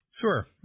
Sure